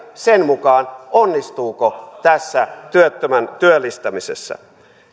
sen mukaan onnistuuko tässä työttömän työllistämisessä